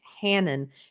Hannon